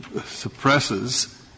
suppresses —